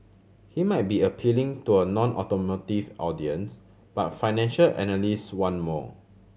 he might be appealing to a nonautomotive audience but financial analyst want more